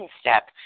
step